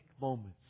moments